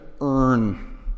earn